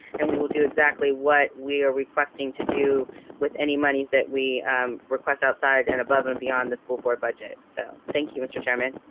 and we will do exactly what we are requesting to do with any money that we request outside and above and beyond the school board budget. so thank you, mr. chairman.